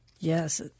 Yes